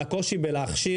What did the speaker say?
על הקושי בלהכשיר.